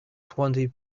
twenty